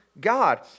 God